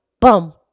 bum